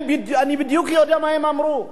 אני בדיוק יודע מה הם אמרו.